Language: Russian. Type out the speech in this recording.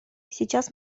сейчас